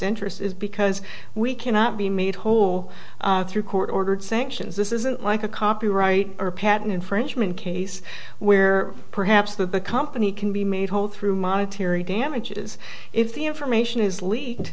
interest is be because we cannot be made whole through court ordered sanctions this isn't like a copyright or patent infringement case where perhaps that the company can be made whole through monetary damages if the information is leaked